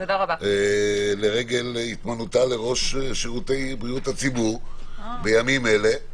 לרגל התמנותה לראש שירותי בריאות הציבור בימים אלה.